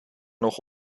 nog